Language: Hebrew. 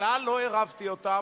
בכלל לא עירבתי אותם,